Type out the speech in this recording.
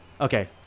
Okay